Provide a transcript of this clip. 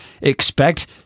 expect